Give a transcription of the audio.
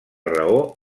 raó